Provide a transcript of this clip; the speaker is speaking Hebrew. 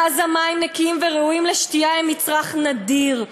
בעזה מים נקיים וראויים לשתייה הם מצרך נדיר,